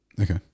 Okay